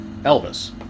Elvis